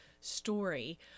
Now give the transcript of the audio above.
story